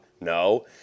No